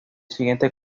siguiente